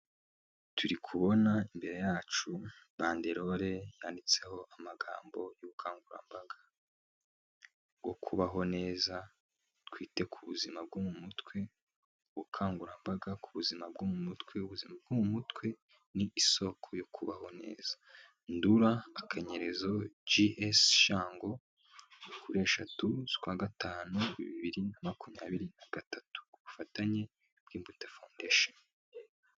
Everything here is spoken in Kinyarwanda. Turi kubona imbere yacu banderore yanditseho amagambo y'ubukangurambaga bwo kubaho neza twite ku buzima bwo mu mutwe, ubukangurambaga ku buzima bwo mu mutwe ubuzima bwo mu mutwe ni isoko yo kubaho neza. Ndura akanyezo GS Shango kuri eshatu ukwa gatanu bibiri na makumyabiri na gatatu, ku bufatanye bw'imbuto fondesheni.